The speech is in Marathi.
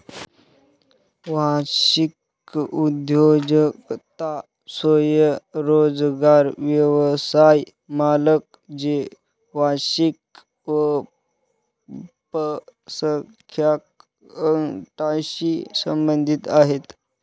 वांशिक उद्योजकता स्वयंरोजगार व्यवसाय मालक जे वांशिक अल्पसंख्याक गटांशी संबंधित आहेत